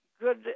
good